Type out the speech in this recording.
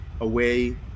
away